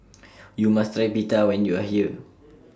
YOU must Try Pita when YOU Are here